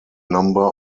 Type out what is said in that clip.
number